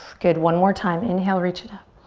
good, one more time, inhale reach it. ah